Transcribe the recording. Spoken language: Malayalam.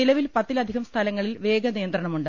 നിലവിൽ പത്തിലധികം സ്ഥലങ്ങളിൽ വേഗനിയന്ത്രണമുണ്ട്